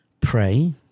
Pray